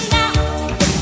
now